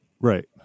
Right